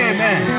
Amen